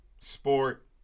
sport